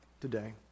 today